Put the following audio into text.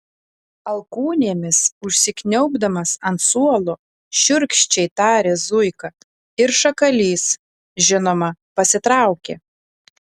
alkūnėmis užsikniaubdamas ant suolo šiurkščiai tarė zuika ir šakalys žinoma pasitraukė